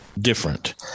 different